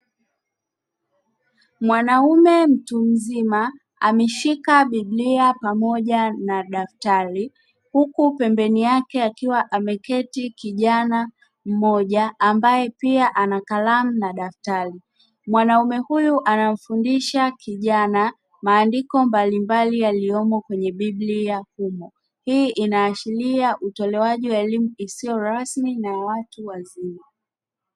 Mwanaume mtu mzima ameshika biblia pamoja na daftari huku pembeni yake akiwa ameketi kijana mmoja ambaye pia ana kalamu na daftari, mwanaume huyu anamfundisha kijana maandiko mbalimbali yaliyomo kwenye biblia, hii inaashiria utolewaji wa elimu isiyo rasmi na ya watu wazima.